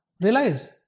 realize